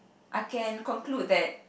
I can conclude that